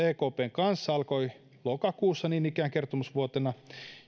ekpn kanssa alkoi lokakuussa niin ikään kertomusvuotena